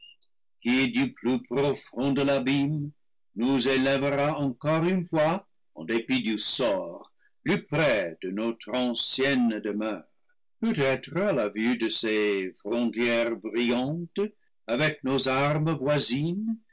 du plus profond de l'abîme nous élèvera encore une fois en dépit du sort plus près de notre ancienne demeure peut-être à la vue de ces frontières brillantes avec nos armes voisines